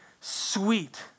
sweet